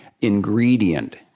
ingredient